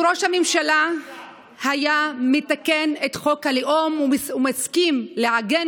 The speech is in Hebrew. אילו ראש הממשלה היה מתקן את חוק הלאום ומסכים לעגן